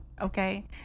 Okay